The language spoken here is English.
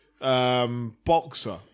boxer